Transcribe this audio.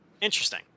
Interesting